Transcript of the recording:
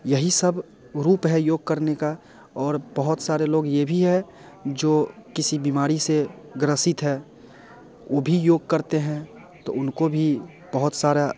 यही सब रूप है योग करने का और बहुत सारे लोग ये भी है जो किसी बीमारी से ग्रसित है वो भी योग करते हैं तो उनको भी बहुत सारा